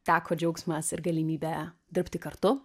teko džiaugsmas ir galimybė dirbti kartu